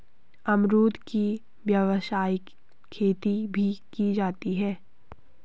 अमरुद की व्यावसायिक खेती भी की जाती है